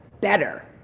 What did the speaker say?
better